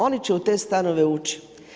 Oni će u te stanove ući.